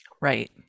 Right